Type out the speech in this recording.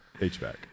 HVAC